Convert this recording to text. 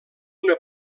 una